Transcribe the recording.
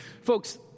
Folks